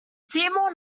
seymour